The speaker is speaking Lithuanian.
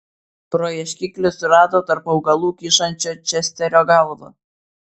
pro ieškiklį surado tarp augalų kyšančią česterio galvą